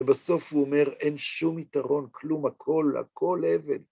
ובסוף הוא אומר, אין שום יתרון, כלום הכל, הכל אבן.